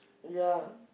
ya